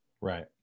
right